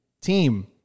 team